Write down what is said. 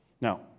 Now